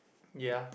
ya